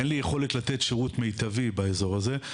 אין לי יכולת לתת שירות מיטבי באזור הזה.